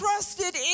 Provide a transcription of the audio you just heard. Trusted